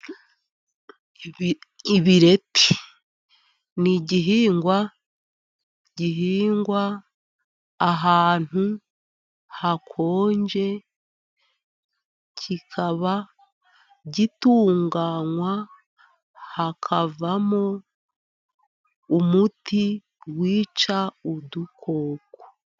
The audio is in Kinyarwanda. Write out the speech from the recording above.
Ibi ibireti ni igihingwa gihingwa ahantu hakonje, kikaba gitunganywa hakavamo, umuti wica udukoko.